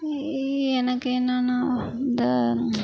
இ எனக்கு என்னான்னால் இந்த